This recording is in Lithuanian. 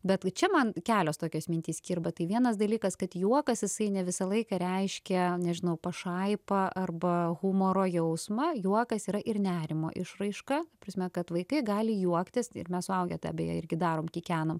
bet čia man kelios tokios mintys kirba tai vienas dalykas kad juokas jisai ne visą laiką reiškia nežinau pašaipą arba humoro jausmą juokas yra ir nerimo išraiška ta prasme kad vaikai gali juoktis ir mes suaugę tą beje irgi darom kikenam